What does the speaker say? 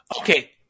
Okay